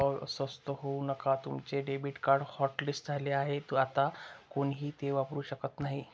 अस्वस्थ होऊ नका तुमचे डेबिट कार्ड हॉटलिस्ट झाले आहे आता कोणीही ते वापरू शकत नाही